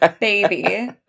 baby